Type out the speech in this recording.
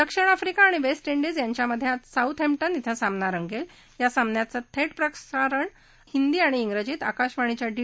दक्षिण आफ्रिका आणि West Indies यांच्यामध आज साऊथ हस्टिन ि सिमना रंगरीयासामन्याचं थर्ट प्रसारण हिंदी आणि िजीत आकाशवाणीच्या डी